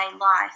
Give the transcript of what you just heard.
life